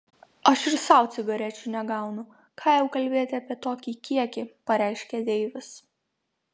aš ir sau cigarečių negaunu ką jau kalbėti apie tokį kiekį pareiškė deivis